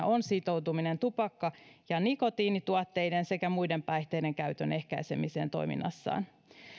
on sitoutuminen tupakka ja nikotiinituotteiden sekä muiden päihteiden käytön ehkäisemiseen toiminnassaan